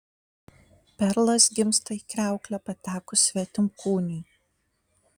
perlas gimsta į kriauklę patekus svetimkūniui